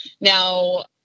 Now